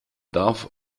darf